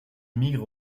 émigre